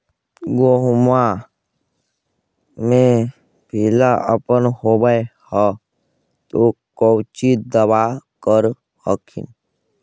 गोहुमा मे पिला अपन होबै ह तो कौची दबा कर हखिन?